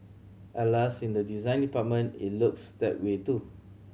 alas in the design department it looks that way too